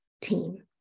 team